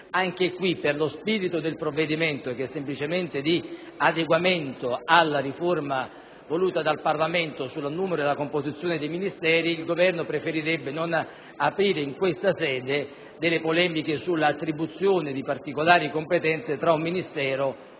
riguardo, per lo spirito del provvedimento, che è semplicemente quello di adeguamento alla riforma voluta dal Parlamento sul numero e la composizione dei Ministeri, il Governo preferirebbe non dare spazio in questa sede a polemiche sull'attribuzione di particolari competenze a un Ministero